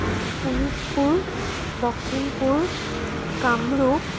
Sonitpur Lakhimpur Kamrup